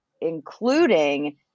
including